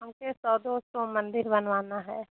हमके सौ दो सौ मंदिर बनवाना है